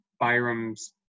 Byram's